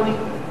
אדוני?